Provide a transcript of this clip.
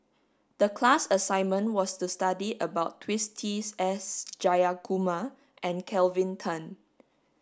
the class assignment was to study about Twisstii's S Jayakumar and Kelvin Tan